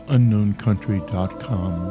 UnknownCountry.com